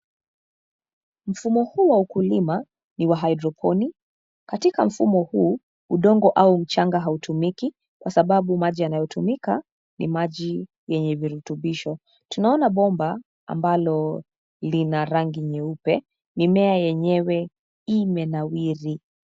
Mfumo huu wa ukulima ni wa haidroponiki, katika mfumo huu udongo au mchanga hautumiki kwa sababu maji inayotumika ni maji yenye virutubisho. Tunaona bomba ambalo lina rangi nyeupe. Mimea yenyewe imenawiri.